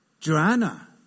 Joanna